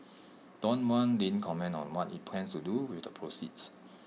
Danone didn't comment on what IT plans to do with the proceeds